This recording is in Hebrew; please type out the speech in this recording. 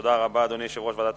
תודה רבה, אדוני יושב-ראש ועדת